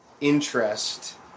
interest